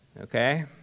Okay